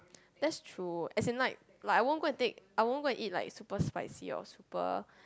that's true as in like like I won't go and take I won't go and eat like super spicy or super